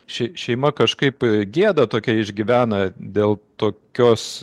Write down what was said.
ši šeima kažkaip gėdą tokią išgyvena dėl tokios